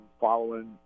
following